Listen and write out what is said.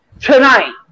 tonight